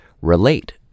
relate